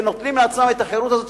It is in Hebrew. ונותנים לעצמם את החירות הזו,